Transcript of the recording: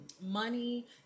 money